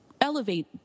elevate